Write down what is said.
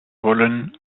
wollen